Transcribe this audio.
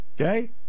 Okay